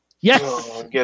Yes